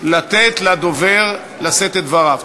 לתת לדובר לשאת את דבריו.